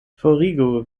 forigu